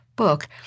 book